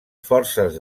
forces